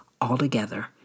altogether